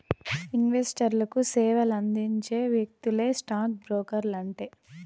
ఇన్వెస్టర్లకు సేవలందించే వ్యక్తులే స్టాక్ బ్రోకర్లంటే